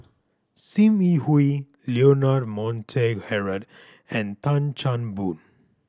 Sim Yi Hui Leonard Montague Harrod and Tan Chan Boon